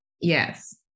Yes